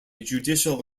judicial